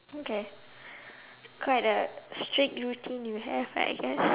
okay quite a strict routine you have I guess